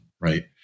right